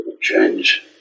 change